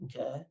Okay